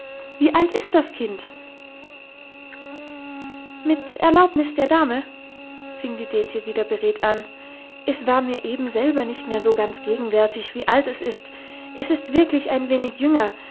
wie alt ist das kind mit erlaubnis der dame fing die dete wieder beredt an es war mir eben selber nicht mehr so ganz gegenwärtig wie alt es sei es ist wirklich ein wenig jünger